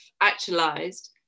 actualized